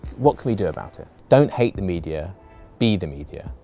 what can we do about it? don't hate the media be the media.